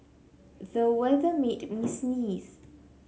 the weather made me sneeze